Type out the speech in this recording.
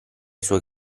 suoi